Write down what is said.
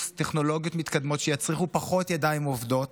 טכנולוגיות מתקדמות שיצריכו פחות ידיים עובדות